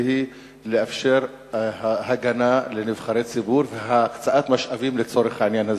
והיא: לאפשר הגנה לנבחרי ציבור והקצאת משאבים לצורך העניין הזה.